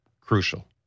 crucial